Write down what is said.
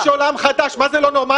יש עולם חדש, מה זה לא נורמלי?